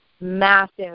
massive